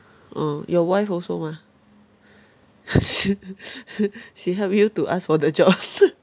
orh your wife also mah sh~ she help you to ask for the job